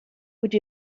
would